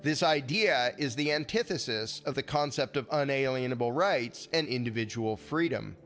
this idea is the antithesis of the concept of unalienable rights and individual freedom